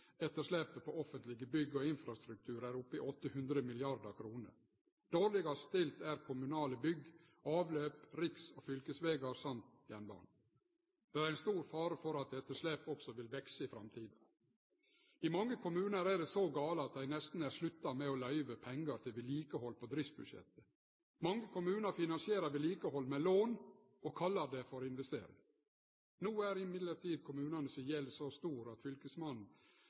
etterslepet på offentlege bygg og infrastruktur er oppe i 800 mrd. kr. Dårlegast stilte er kommunale bygg, avløp, riks- og fylkesvegar samt jernbane. Det er stor fare for at etterslepet òg vil vekse i framtida. I mange kommunar er det så gale at dei nesten har slutta med å løyve pengar til vedlikehald på driftsbudsjettet. Mange kommunar finansierer vedlikehald med lån og kallar det for investering. No er kommunane si gjeld likevel så stor at